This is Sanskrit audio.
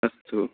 अस्तु